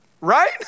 right